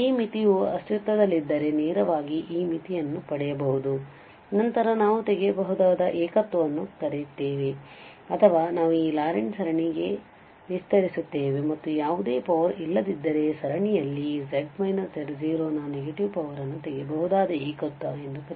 ಆದ್ದರಿಂದ ಈ ಮಿತಿಯು ಅಸ್ತಿತ್ವದಲ್ಲಿದ್ದರೆ ನೇರವಾಗಿ ಈ ಮಿತಿಯನ್ನು ಪಡೆಯಬಹುದು ನಂತರ ನಾವು ತೆಗೆಯಬಹುದಾದ ಏಕತ್ವವನ್ನು ಕರೆಯುತ್ತೇವೆ ಅಥವಾ ನಾವು ಈ ಲಾರೆಂಟ್ ಸರಣಿಗೆ ವಿಸ್ತರಿಸುತ್ತೇವೆ ಮತ್ತು ಯಾವುದೇ ಪವರ್ ಇಲ್ಲದಿದ್ದರೆ ಸರಣಿಯಲ್ಲಿ z z0 ನ ನೆಗೆಟಿವ್ ಪವರ್ ಅನ್ನು ತೆಗೆಯಬಹುದಾದ ಏಕತ್ವ removable singularity